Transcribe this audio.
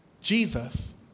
Jesus